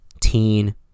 teen